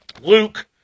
Luke